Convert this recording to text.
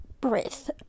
breath